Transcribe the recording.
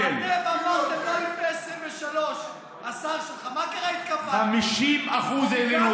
אמרתם לא לפני 2023. 900 מיליון שקלים.